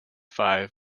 five